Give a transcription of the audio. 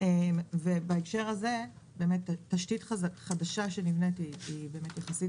בהקשר הזה תשתית חדשה שנבנית היא יחסית